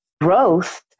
growth